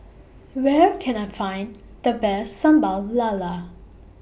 Where Can I Find The Best Sambal Lala